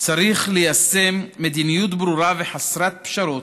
צריך ליישם מדיניות ברורה וחסרת פשרות